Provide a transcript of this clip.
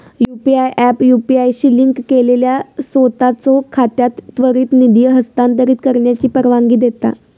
UPI app UPI शी link केलेल्या सोताचो खात्यात त्वरित निधी हस्तांतरित करण्याची परवानगी देता